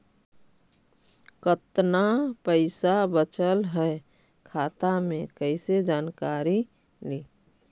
कतना पैसा बचल है खाता मे कैसे जानकारी ली?